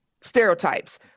stereotypes